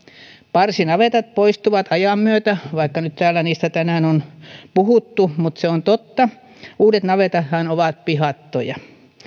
parsinavetat poistuvat ajan myötä vaikka muuta niistä täällä tänään on puhuttu niin se on totta uudet navetathan ovat pihattoja